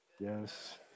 Yes